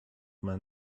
man